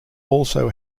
also